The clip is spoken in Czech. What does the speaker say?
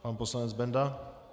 Pan poslanec Benda.